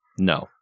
No